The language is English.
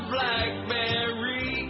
Blackberry